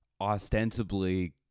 ostensibly